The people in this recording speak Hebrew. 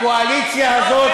הקואליציה הזאת,